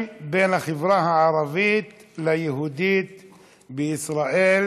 בין החברה הערבית לחברה יהודית בישראל,